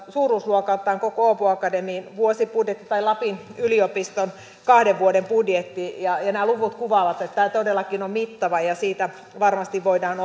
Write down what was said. suuruusluokaltaan koko åbo akademin vuosibudjetti tai lapin yliopiston kahden vuoden budjetti ja ja nämä luvut kuvaavat että tämä todellakin on mittava ja siitä varmasti voidaan